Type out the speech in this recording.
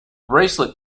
bracelet